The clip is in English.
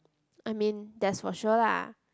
I mean that's for sure lah